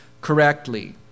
correctly